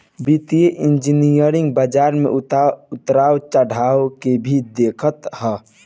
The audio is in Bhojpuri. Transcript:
वित्तीय इंजनियरिंग बाजार में उतार चढ़ाव के भी देखत हअ